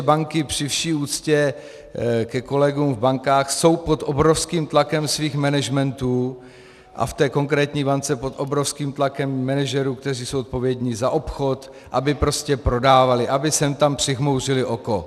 Banky, při vší úctě ke kolegům v bankách, jsou pod obrovským tlakem svých managementů a v konkrétní bance pod obrovským tlakem manažerů, kteří jsou odpovědní za obchod, aby prostě prodávali, aby sem tam přimhouřili oko.